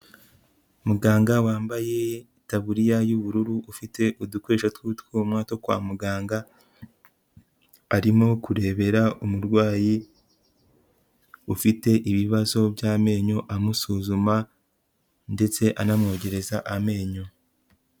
Muganga wambaye itaburiya y'ubururu, ufite udukoresho tw'utwuma two kwa muganga, arimo kurebera umurwayi ufite ibibazo by'amenyo, amusuzuma ndetse anamwogereza amenyo.